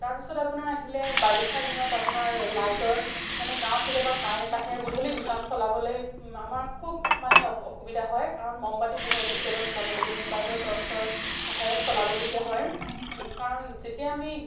তাৰপিছত আপোনাৰ আহিলে বাৰিষাৰ দিনত আপোনাৰ লাইটৰ মানে গাঁৱত কেতিয়াবা কাৰেণ্ট আহে গধূলি দোকান চলাবলৈ আমাৰ খুব মানে অসুবিধা হয় কাৰণ মমবাতি পোহৰটো কেতিয়াবা চলাব লাগে মোবাইলৰ টৰ্চৰ সহায়ত চলাবলগীয়া হয় কাৰণ যেতিয়া আমি